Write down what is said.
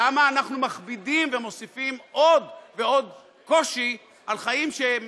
למה אנחנו מכבידים ומוסיפים עוד ועוד קושי על חיים שהם